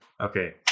Okay